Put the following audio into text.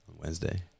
Wednesday